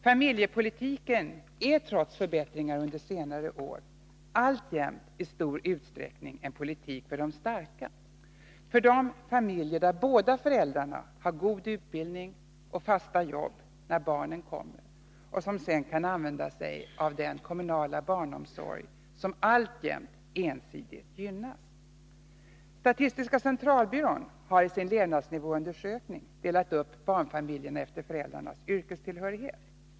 Familjepolitiken är trots förbättringar under senare år alltjämt i stor utsträckning en politik för de starka, för de familjer där båda föräldrarna har god utbildning och fasta jobb när barnen kommer och som sedan kan använda sig av den kommunala barnomsorgen, som alltjämt ensidigt gynnas. Statistiska centralbyrån har i sin levnadsnivåundersökning delat upp barnfamiljerna efter föräldrarnas yrkestillhörighet.